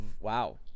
wow